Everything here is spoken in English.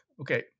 Okay